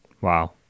Wow